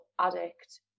addict